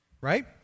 right